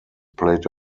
played